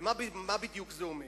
ומה בדיוק זה אומר?